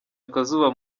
akazuba